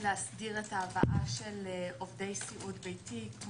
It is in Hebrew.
להסדיר את ההבאה של עובדי סיעוד ביתי,